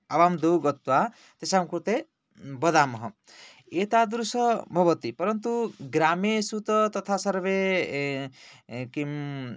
आवां द्वौ गत्वा तेषां कृते वदामः एतादृशः भवति परन्तु ग्रामेषु च तथा सर्वे किं